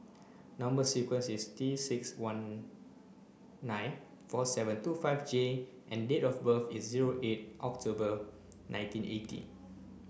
number sequence is T six one nine four seven two five J and date of birth is zero eight October nineteen eighty